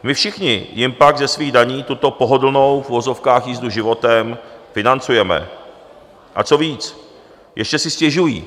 My všichni jim pak ze svých daní tuto pohodlnou v uvozovkách jízdu životem financujeme, a co víc, ještě si stěžují!